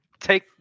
Take